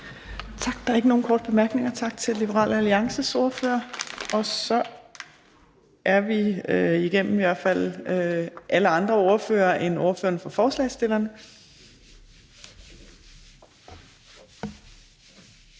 Torp): Der er ikke nogen korte bemærkninger. Tak til Liberal Alliances ordfører. Så er vi igennem alle andre ordførere end ordføreren for forslagsstillerne,